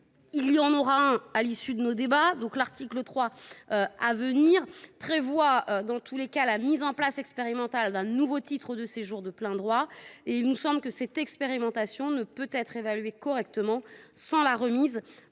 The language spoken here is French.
y en aura une à l’issue de nos travaux, prévoit dans tous les cas la mise en place expérimentale d’un nouveau titre de séjour de plein droit. Nous estimons que cette expérimentation ne peut être évaluée correctement sans la remise